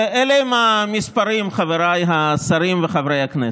ואלה המספרים, חבריי השרים וחברי הכנסת,